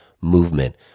movement